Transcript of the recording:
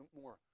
more